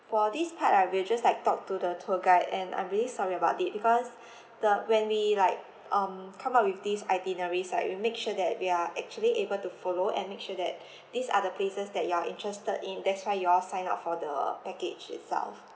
for this part right we'll just like talk to the tour guide and I'm really sorry about it because the when we like um come up with this itineraries right we make sure that we are actually able to follow and make sure that these are the places that you are interested in that's why you all sign up for the package itself